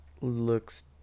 looks